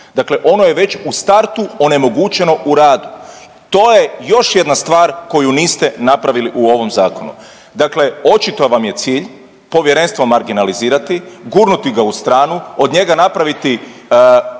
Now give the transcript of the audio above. dakle ono je već u startu onemogućeno u radu. To je još jedna stvar koju niste napravili u ovom zakonu. Dakle, očito vam je cilj povjerenstvo marginalizirati, gurnuti ga u stranu od njega napraviti